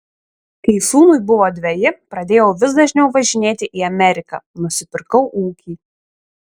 kai sūnui buvo dveji pradėjau vis dažniau važinėti į ameriką nusipirkau ūkį